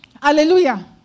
Hallelujah